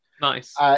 Nice